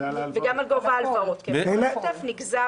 וגם על גובה ההלוואות, נכון.